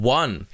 one